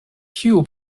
tiu